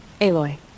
Aloy